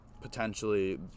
potentially